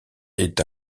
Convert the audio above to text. est